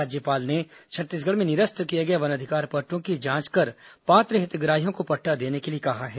राज्यपाल ने छत्तीसगढ़ में निरस्त किए गए वन अधिकार पट्टों की जांच कर पात्र हितग्राहियों को पट्टा देने के लिए कहा है